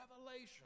revelation